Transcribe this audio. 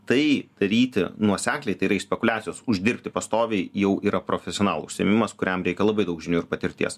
tai daryti nuosekliai tai yra iš spekuliacijos uždirbti pastoviai jau yra profesionalų užsiėmimas kuriam reikia labai daug žinių ir patirties